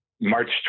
March